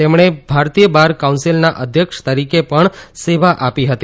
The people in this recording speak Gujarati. તેમણે ભારતીય બાર કાઉન્સીલના અધ્યક્ષ તરીકે પણ સેવા આપી હતી